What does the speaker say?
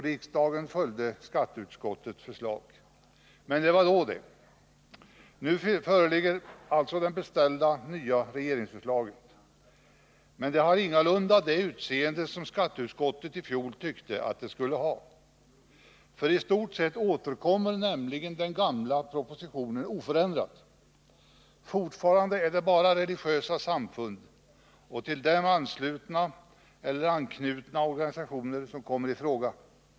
Riksdagen följde också skatteutskottets förslag. Men det var då det. Nu föreligger alltså det beställda, nya regeringsförslaget. Men det har ingalunda det utseende som skatteutskottet i fjol ansåg att det skulle ha. I stort sett återkommer nämligen den gamla propositionen oförändrad. Fortfarande är det bara religiösa samfund och till dem anslutna eller anknutna organisationer som kommer i fråga.